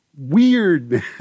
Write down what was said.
weird